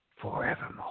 forevermore